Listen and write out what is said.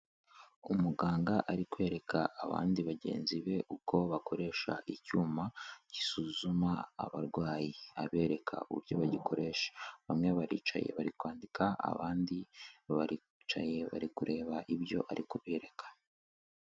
Umuganga ari kwereka abandi bagenzi be, uko bakoresha icyuma gisuzuma abarwayi. Abereka uburyo bagikoresha. Bamwe baricaye bari kwandika, abandi baricaye bari kureba ibyo ari kubereka.